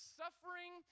suffering